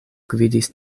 gvidis